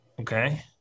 Okay